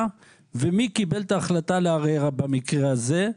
ומי קיבל את ההחלטה לערער במקרה הזה?